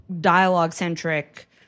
dialogue-centric